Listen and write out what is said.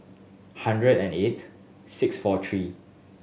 hundred and eight six four three